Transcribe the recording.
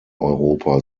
europa